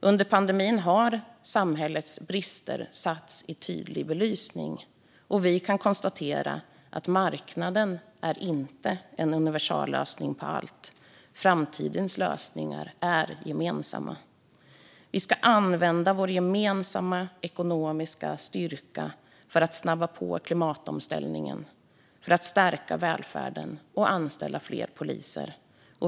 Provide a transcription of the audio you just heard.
Under pandemin har samhällets brister belysts tydligt. Vi kan konstatera att marknaden inte är en universallösning. Framtidens lösningar är gemensamma. Vi ska använda vår gemensamma ekonomiska styrka för att snabba på klimatomställningen, stärka välfärden och anställa fler poliser.